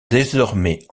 désormais